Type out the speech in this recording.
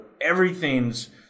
everything's